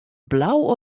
blau